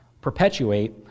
perpetuate